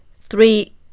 Three